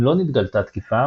אם לא נתגלתה תקיפה,